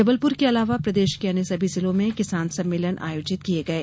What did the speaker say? जबलपुर के अलावा प्रदेश के अन्य सभी जिलो में किसान सम्मेलन आयोजित किये गये